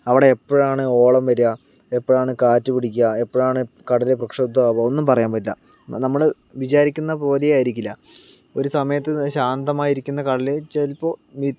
അവിടെ എപ്പോഴാണ് ഓളം വരുക എപ്പോഴാണ് കാറ്റു പിടിക്കുക എപ്പോഴാണ് കടൽ പ്രക്ഷുബ്ധം ആകുക ഒന്നും പറയാൻ പറ്റില്ല നമ്മൾ വിചാരിക്കുന്ന പോലെയും ആയിരിക്കില്ല ഒരു സമയത്ത് ശാന്തമായി ഇരിക്കുന്ന കടൽ ചിലപ്പോൾ വിത്ത്